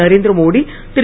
Narendra Modi Thiru